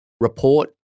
report